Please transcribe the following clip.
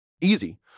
easy